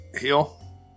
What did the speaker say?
heal